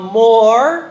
more